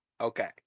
Okay